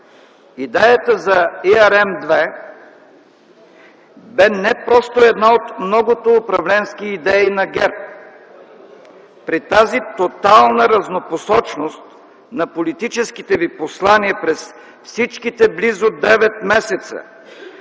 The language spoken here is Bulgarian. Идеята за ЕRM ІІ, бе не просто една от многото управленски идеи на ГЕРБ. При тази тотална разнопосочност на политическите Ви послания през всичките близо 9 месеца,